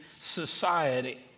society